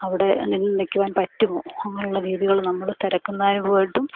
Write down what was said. അവിടെ നിൽക്കുവാൻ പറ്റുമോ അങ്ങനെയുള്ള രീതികൾ നമ്മൾ തിരക്കുന്ന അനുഭവമായിട്ടും